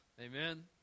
amen